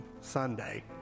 Sunday